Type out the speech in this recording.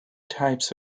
types